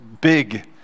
big